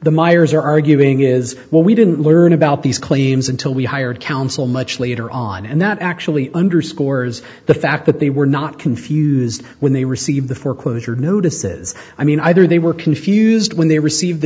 the myers are arguing is what we didn't learn about these claims until we hired counsel much later on and that actually underscores the fact that they were not confused when they received the foreclosure notices i mean either they were confused when they received the